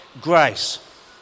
grace